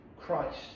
Christ